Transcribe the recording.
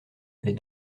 les